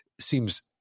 seems